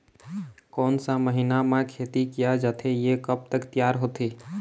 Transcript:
कोन सा महीना मा खेती किया जाथे ये कब तक तियार होथे?